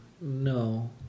no